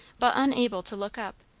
but unable to look up,